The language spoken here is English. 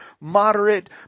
moderate